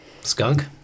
Skunk